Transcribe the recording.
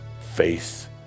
face –